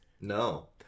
No